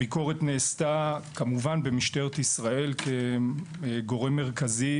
הביקורת נעשתה במשטרת ישראל כגורם מרכזי,